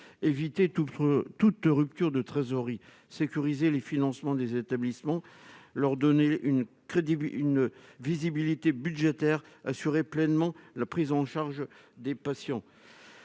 éviter toute rupture de trésorerie, à sécuriser les financements des établissements et à leur donner une visibilité budgétaire pour assurer pleinement la prise en charge des patients,